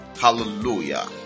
Hallelujah